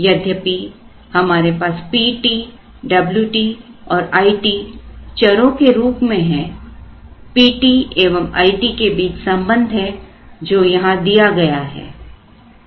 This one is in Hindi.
यद्यपि हमारे पास Pt Wt और It चरों के रूप में है Pt एवं It के बीच संबंध है जो यहां दिया गया है